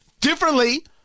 Differently